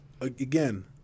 again